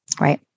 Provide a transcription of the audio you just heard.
right